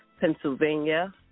Pennsylvania